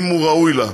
אם הוא ראוי לה.